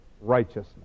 righteousness